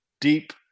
deep